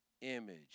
image